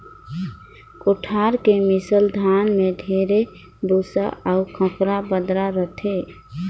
कोठार के मिसल धान में ढेरे भूसा अउ खंखरा बदरा रहथे